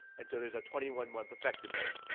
and so, there's a twenty one month effective date.